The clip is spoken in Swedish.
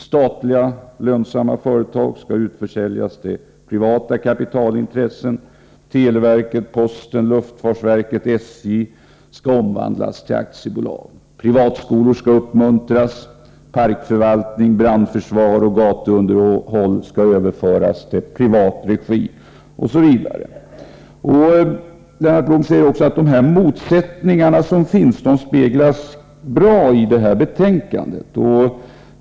Statliga lönsamma företag skall utförsäljas till privata kapitalintressen. Televerket, posten, luftfartsverket och SJ skall omvandlas till aktiebolag. Privatskolor skall uppmuntras. Parkförvaltning, brandförsvar och gatuunderhåll skall utföras i privat regi, osv. Lennart Blom sade också att de motsättningar som finns speglas bra i detta betänkande.